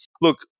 look